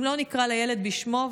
אם לא נקרא לילד בשמו,